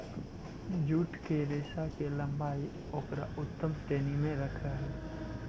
jute के रेशा के लम्बाई उकरा उत्तम श्रेणी में रखऽ हई